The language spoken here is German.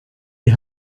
die